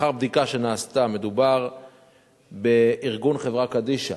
לאחר בדיקה שנעשתה, מדובר בארגון חברה קדישא